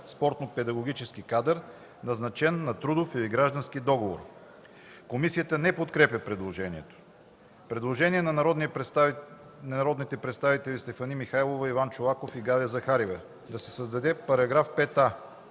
спортно-педагогически кадър, назначен на трудов или граждански договор.” Комисията не подкрепя предложението. Предложение на народните представители Стефани Михайлова, Иван Чолаков и Галя Захариева – да се създаде § 5а.